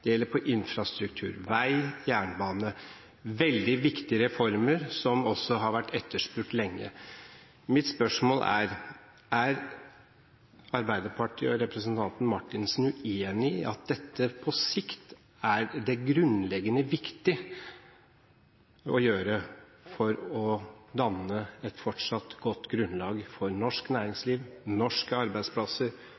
det gjelder på infrastruktur, vei, jernbane – veldig viktige reformer som også har vært etterspurt lenge. Mitt spørsmål er: Er Arbeiderpartiet og representanten Marthinsen uenige i at dette på sikt er det grunnleggende viktig å gjøre – for å danne et fortsatt godt grunnlag for norsk næringsliv, norske arbeidsplasser